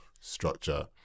structure